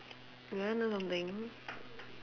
you want know something